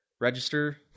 register